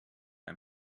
ein